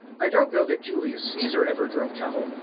i don't know that julius caesar ever drove cattle,